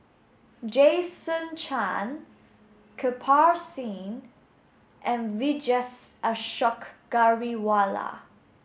Jason Chan Kirpal Singh and Vijesh Ashok Ghariwala